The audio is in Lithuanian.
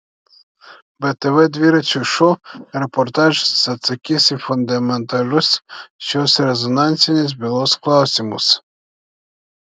btv dviračio šou reportažas atsakys į fundamentalius šios rezonansinės bylos klausymus